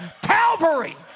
Calvary